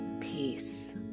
peace